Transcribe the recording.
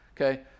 okay